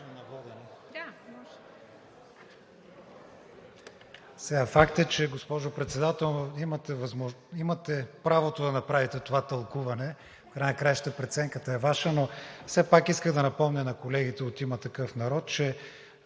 Факт е, госпожо Председател, че имате право да направите това тълкуване и в края на краищата преценката е Ваша, но все пак исках да напомня на колегите от „Има такъв народ“, че